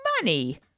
money